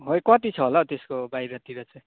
है कति छ होला त्यसको बाहिरतिर चाहिँ